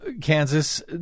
Kansas